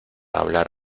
hablar